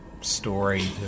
story